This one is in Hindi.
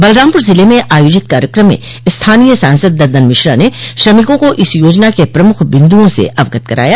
बलरामपुर ज़िले में आयोजित कार्यक्रम में स्थानीय सांसद दद्दन मिश्रा ने श्रमिकों को इस योजना के प्रमुख बिन्दुओं से अवगत कराया